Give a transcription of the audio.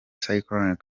cycling